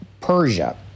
Persia